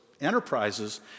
enterprises